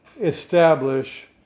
establish